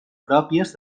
pròpies